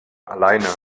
alleine